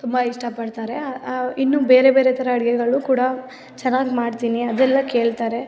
ತುಂಬ ಇಷ್ಟಪಡ್ತಾರೆ ಇನ್ನು ಬೇರೆ ಬೇರೆ ಥರ ಅಡ್ಗೆಗಳನ್ನು ಕೂಡ ಚೆನ್ನಾಗಿ ಮಾಡ್ತೀನಿ ಅದೆಲ್ಲ ಕೇಳ್ತಾರೆ